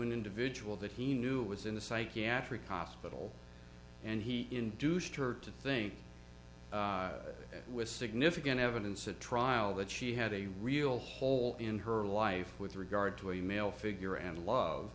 an individual that he knew was in the psychiatric hospital and he induced her to think with significant evidence at trial that she had a real hole in her life with regard to a male figure and love